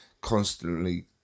constantly